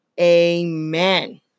Amen